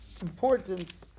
importance